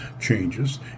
changes